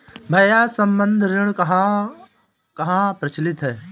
भैया संबंद्ध ऋण कहां कहां प्रचलित है?